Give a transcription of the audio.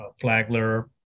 Flagler